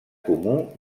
comú